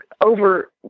over